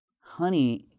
Honey